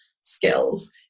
skills